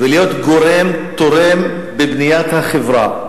ולהיות גורם תורם בבניית החברה,